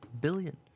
billion